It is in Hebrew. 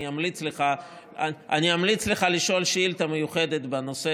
אני אמליץ לך לשאול שאילתה מיוחדת בנושא